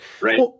Right